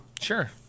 Sure